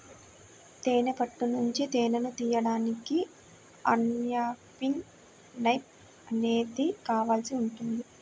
తేనె పట్టు నుంచి తేనెను తీయడానికి అన్క్యాపింగ్ నైఫ్ అనేది కావాల్సి ఉంటుంది